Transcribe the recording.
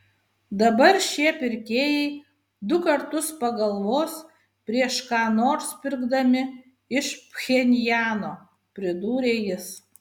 dabar šie pirkėjai du kartus pagalvos prieš ką nors pirkdami iš pchenjano pridūrė jis